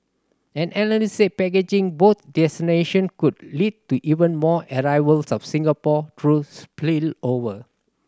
an analyst said packaging both destination could lead to even more arrivals for Singapore through spillover